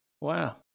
Wow